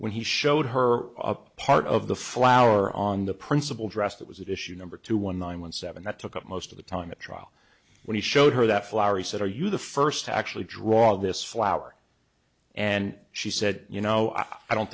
when he showed her a part of the flower on the principal dress that was at issue number two one nine one seven that took up most of the time at trial when he showed her that flowery said are you the first to actually draw this flower and she said you know i don't